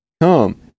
Come